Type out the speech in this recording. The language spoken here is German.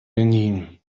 benin